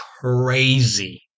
crazy